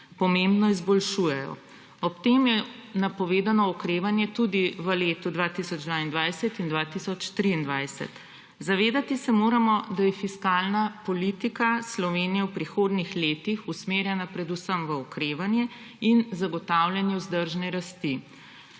pomembno izboljšujejo. Ob tem je napovedano okrevanje tudi v letih 2022 in 2023. Zavedati se moramo, da je fiskalna politika Slovenije v prihodnjih letih usmerjena predvsem v okrevanje in zagotavljanje vzdržne rasti,